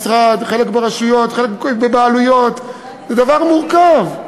במשרד, חלק ברשויות, חלק בבעלויות, זה דבר מורכב.